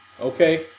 Okay